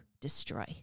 destroy